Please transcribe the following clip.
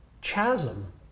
chasm